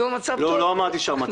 לא, לא אמרתי שהמצב טוב.